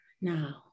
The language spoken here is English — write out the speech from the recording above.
now